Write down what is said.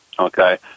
Okay